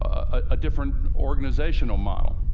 a different organizational model.